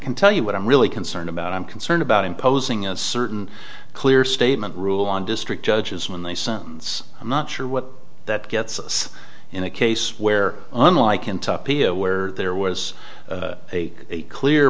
can tell you what i'm really concerned about i'm concerned about imposing a certain clear statement rule on district judges when they sentence i'm not sure what that gets us in a case where unlike in tapia where there was a clear